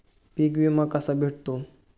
पीक विमा कसा भेटतो?